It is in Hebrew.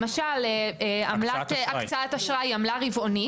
למשל עמלת הקצאת אשראי היא עמלה רבעונית.